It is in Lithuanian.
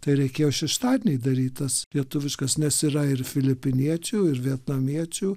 tai reikėjo šeštadienį daryt tas lietuviškas nes yra ir filipiniečių ir vietnamiečių